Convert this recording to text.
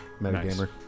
metagamer